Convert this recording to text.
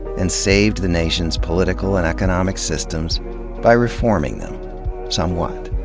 and saved the nation's political and economic systems by reforming them somewhat.